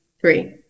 Three